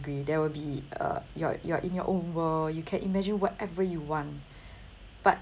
there will be uh you're you're in your own world you can imagine whatever you want but